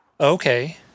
Okay